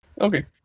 Okay